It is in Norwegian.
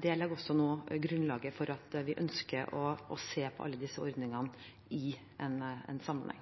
Det legger også nå grunnlaget for at vi ønsker å se alle disse ordningene i sammenheng.